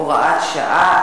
הוראת שעה),